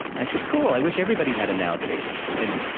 i said, cool, i wish everybody had a now page. and,